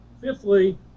Fifthly